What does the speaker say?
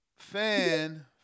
Fan